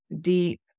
deep